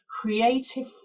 creative